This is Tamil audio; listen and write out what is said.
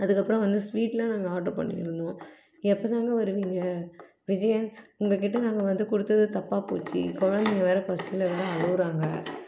அதுக்கப்புறம் வந்து ஸ்வீட்லாம் நாங்கள் ஆர்டர் பண்ணிருந்தோம் எப்போ தாங்க வருவீங்க விஜயன் உங்கக்கிட்ட நாங்கள் வந்து கொடுத்தது தப்பா போச்சு குழந்தைங்க வேறே பசியில் எல்லாம் அழுகுறாங்க